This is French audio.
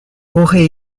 aurait